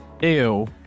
ew